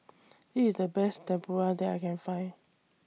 E IS The Best Tempura that I Can Find